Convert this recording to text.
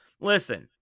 Listen